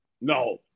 No